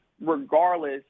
regardless